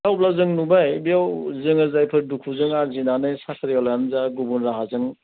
अब्ला जों नुबाय बेयाव जोङो जायफोर दुखुजों आर्जिनानै साख्रिआवलायानो जा गुबुन राहाजों